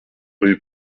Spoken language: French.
rue